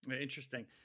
Interesting